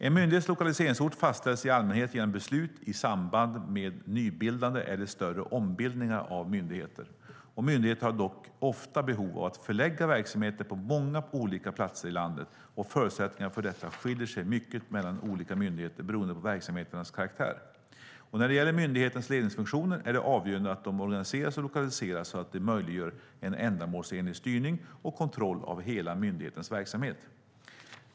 En myndighets lokaliseringsort fastställs i allmänhet genom beslut i samband med nybildande eller större ombildningar av myndigheter. Myndigheter har dock ofta behov av att förlägga verksamheter på många olika platser i landet och förutsättningarna för detta skiljer sig mycket mellan olika myndigheter beroende på verksamheternas karaktär. När det gäller myndighetens ledningsfunktioner är det avgörande att de organiseras och lokaliseras så att de möjliggör en ändamålsenlig styrning och kontroll av hela myndighetens verksamhet.